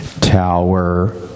tower